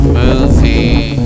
movie